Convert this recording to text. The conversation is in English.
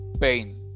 pain